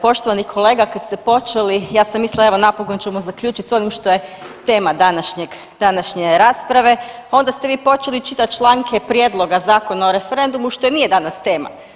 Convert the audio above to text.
Poštovani kolega kad ste počeli ja sam mislila evo napokon ćemo zaključiti sa onim što je tema današnje rasprave, onda ste vi počeli čitati članke Prijedloga zakona o referendumu što nije danas tema.